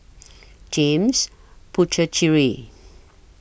James Puthucheary